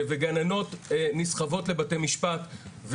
וגננות נסחבות לבתי משפט,